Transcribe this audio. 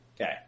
Okay